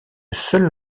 seul